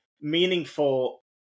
meaningful